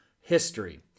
history